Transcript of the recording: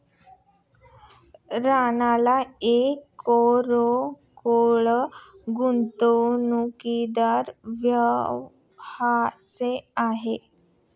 राणीला एक किरकोळ गुंतवणूकदार व्हायचे आहे